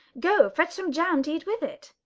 go fetch some jam to eat with it!